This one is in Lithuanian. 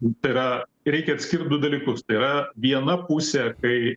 tai yra reikia atskirt du dalykus tai yra viena pusė kai